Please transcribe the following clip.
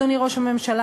אדוני ראש הממשלה,